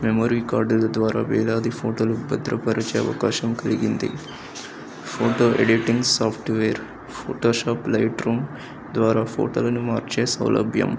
memory కార్డుల ద్వారా వేలాది ఫోటోలు భద్రపరచే అవకాశం కలిగింది photo editing software Photoshop Lightroom ద్వారా ఫోటోలను మార్చే సౌలభ్యం